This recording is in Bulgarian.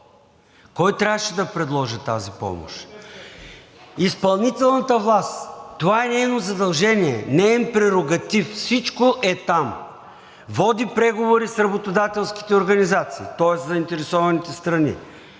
Кой трябваше да предложи тази помощ? (Реплики.) Изпълнителната власт. Това е нейно задължение, неин прерогатив. Всичко е там – води преговори с работодателските организации, тоест заинтересованите страни,